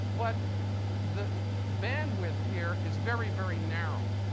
but the bandwidth here is very, very narrow.